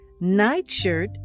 nightshirt